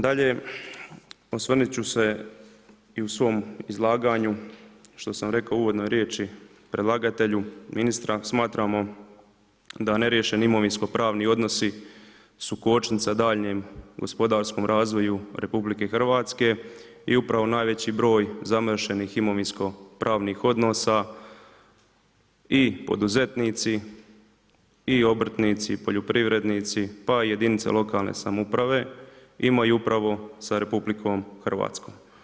Dalje, osvrnuti ću se i u svom izlaganju, što sam rekao u uvodnoj riječi predlagatelja ministra, smatramo da neriješeno imovinski pravni odnosi, su kočnica daljnjem gospodarskom razvoju RH i upravo najveći broj zamršenih imovinsko pravnih odnosa, i poduzetnici i obrtnici i poljoprivrednici, pa i jedinice lokalne samouprave, imaju upravu sa RH.